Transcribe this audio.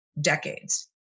decades